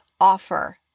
offer